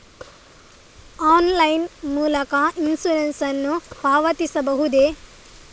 Online ಮೂಲಕ insurance ನ್ನು ಪಾವತಿಸಬಹುದೇ?